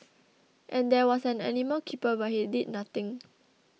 and there was an animal keeper but he did nothing